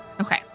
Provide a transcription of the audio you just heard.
Okay